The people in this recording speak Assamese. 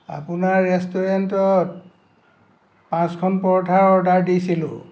আপোনাৰ ৰেষ্টুৰেণ্টত পাঁচখন পৰঠাৰ অৰ্ডাৰ দিছিলোঁ